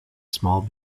small